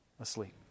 asleep